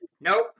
nope